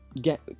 get